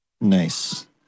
nice